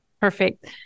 Perfect